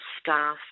staff